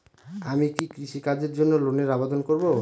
আমি কি কৃষিকাজের জন্য লোনের আবেদন করব?